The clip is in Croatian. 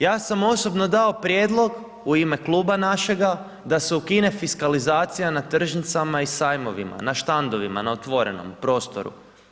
Ja sam osobno do prijedlog u ime kluba našega, da se ukine fiskalizacija na tržnicama i sajmovima, na štandovima, na otvorenom, prostoru.